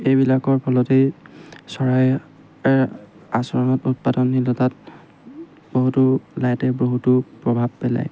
এইবিলাকৰ ফলতেই চৰাই আচৰণত উৎপাদনশীলতাত বহুতো লাইটে বহুতো প্ৰভাৱ পেলায়